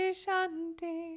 shanti